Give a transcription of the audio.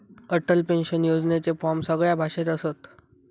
Atal pension योजनेचे form सगळ्या भाषेत असत